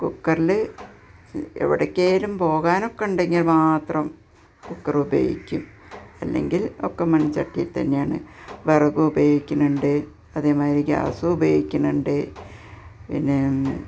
കുക്കറിൽ എവിടെക്കേലും പോകാനൊക്കെ ഉണ്ടെങ്കിൽ മാത്രം കുക്കറ് ഉപയോഗിക്കും അല്ലെങ്കിൽ ഒക്കെ മൺചട്ടിയിൽ തന്നെ ആണ് വിറക് ഉപയോഗിക്കലുണ്ട് അതേമാതിരി ഗ്യാസും ഉപയോഗിക്കുന്നുണ്ട് പിന്നേ